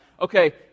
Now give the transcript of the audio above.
okay